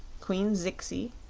queen zixi,